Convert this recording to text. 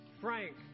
Frank